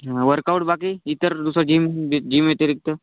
हा वर्कआउट बाकी इतर दुसरं जिम जिमव्यतिरिक्त